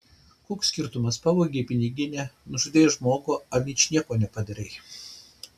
koks skirtumas pavogei piniginę nužudei žmogų ar ničnieko nepadarei